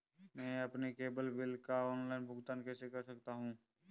मैं अपने cable bill का ऑनलाइन भुगतान कैसे कर सकता हूं?